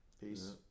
Peace